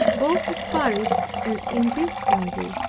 both at paris and in this country.